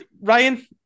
Ryan